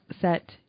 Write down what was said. set